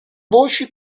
voci